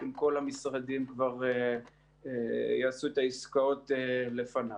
אם כל המשרדים כבר יעשו את העסקאות לפניו.